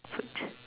foot